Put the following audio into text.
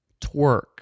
twerk